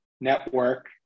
network